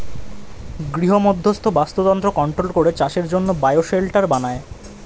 গৃহমধ্যস্থ বাস্তুতন্ত্র কন্ট্রোল করে চাষের জন্যে বায়ো শেল্টার বানায়